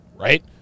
Right